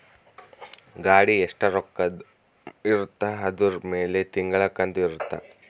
ಗಾಡಿ ಎಸ್ಟ ರೊಕ್ಕದ್ ಇರುತ್ತ ಅದುರ್ ಮೇಲೆ ತಿಂಗಳ ಕಂತು ಇರುತ್ತ